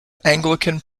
anglican